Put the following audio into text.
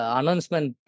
announcement